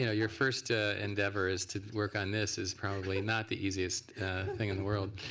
you know your first endeavor is to work on this is probably not the easiest thing in the world.